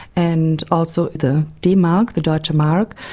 and also the d-mark, the deutschemark,